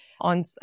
on